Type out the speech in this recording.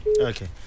Okay